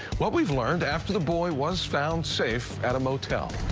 what we've learned after the boy was found safe at a motel.